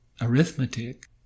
arithmetic